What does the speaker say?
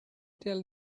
tell